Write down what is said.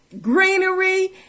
greenery